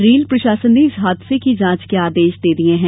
rail प्रशासन ने इस हादसे की जांच के आदेश दिये हैं